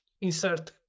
insert